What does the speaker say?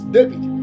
David